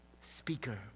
speaker